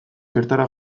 bertara